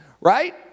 Right